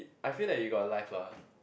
I feel that you got a life lah